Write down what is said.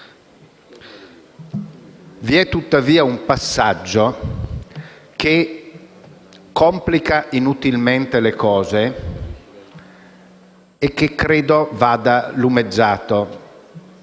dei deputati, un passaggio che complica inutilmente le cose e credo vada lumeggiato.